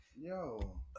Yo